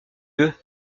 lieu